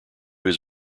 his